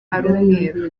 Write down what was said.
ari